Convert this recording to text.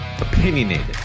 Opinionated